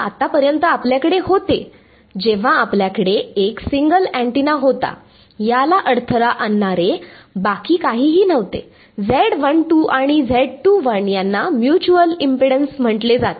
हे आतापर्यंत आपल्याकडे होते जेव्हा आपल्याकडे एक एक सिंगल अँटिना होता याला अडथळा आणणारे बाकी काहीही नव्हते आणि यांना म्युच्युअल इम्पेडन्स म्हटले जाते